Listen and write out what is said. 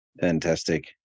Fantastic